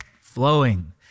flowing